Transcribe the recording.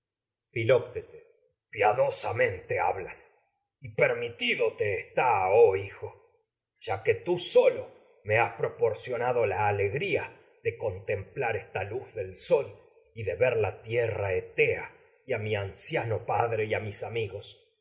filoctetes piadosamente hablas y permitido te está oh hijo ya que tú solo me has proporcionado la alegría de contemplar esta luz del sol y de ver la tierra etea y a mi anciano padre a y a mis amigos